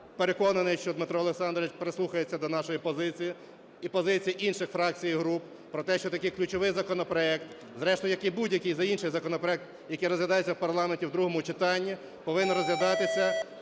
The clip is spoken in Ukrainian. переконані, що Дмитро Олександрович, прислухається до нашої позиції і позиції інших фракцій і груп про те, що такий ключовий законопроект, зрештою, як і будь-який інший законопроект, який розглядається в парламенті в другому читанні, повинен розглядатися